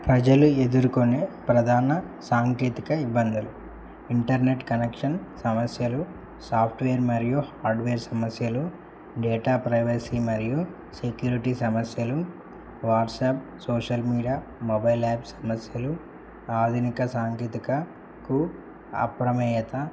ప్రజలు ఎదుర్కొనే ప్రధాన సాంకేతిక ఇబ్బందులు ఇంటర్నెట్ కనెక్షన్ సమస్యలు సాఫ్ట్వేర్ మరియు హార్డ్వేర్ సమస్యలు డేటా ప్రైవసీ మరియు సెక్యూరిటీ సమస్యలు WhatsApp social media mobile app సమస్యలు ఆధునిక సాంకేతికతకు అప్రమత్తత